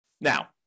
Now